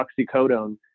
oxycodone